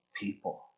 people